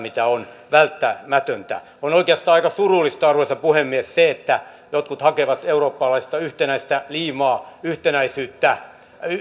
kuin on välttämätöntä on oikeastaan aika surullista arvoisa puhemies se että jotkut hakevat eurooppalaista yhtenäistä liimaa yhtenäisyyttä